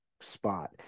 spot